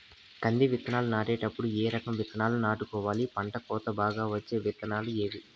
కంది విత్తనాలు నాటేటప్పుడు ఏ రకం విత్తనాలు నాటుకోవాలి, పంట కోత బాగా వచ్చే విత్తనాలు ఏవీ?